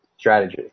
strategy